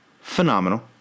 phenomenal